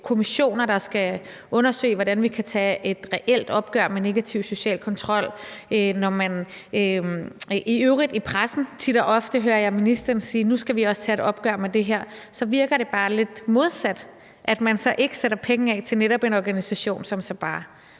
der skal undersøge, hvordan vi kan tage et reelt opgør med negativ social kontrol, og når man i øvrigt i pressen tit og ofte hører ministeren sige, at vi også nu skal tage et opgør med det her, så virker det bare lidt modsat, at man ikke sætter penge af til netop en organisation som Sabaah.